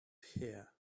here